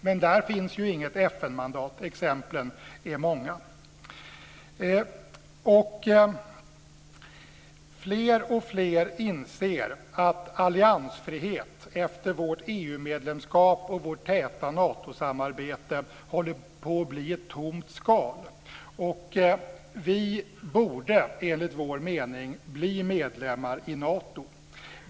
Men där finns inget FN-mandat. Exemplen är många. Fler och fler inser att alliansfrihet efter vårt EU medlemskap och vårt täta Natosamarbete håller på att bli ett tomt skal. Vi borde enligt Folkpartiets mening bli medlemmar i Nato.